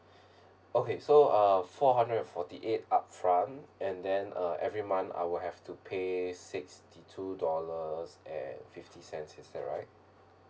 okay so uh four hundred and forty eight upfront and then uh every month I will have to pay sixty two dollars and fifty cents is that right